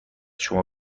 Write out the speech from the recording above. شما